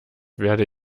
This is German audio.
werde